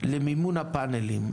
למימון הפאנלים,